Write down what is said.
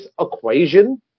equation